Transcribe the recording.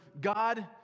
God